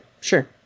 sure